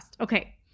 okay